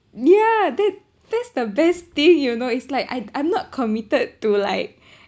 ya that that's the best thing you know it's like I I'm not committed to like